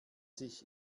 sich